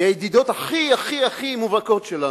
מהידידות הכי הכי הכי מובהקות שלנו,